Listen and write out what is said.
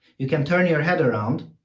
you can turn your head around,